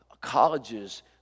colleges